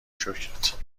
شکرت